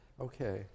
Okay